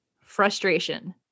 frustration